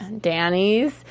Danny's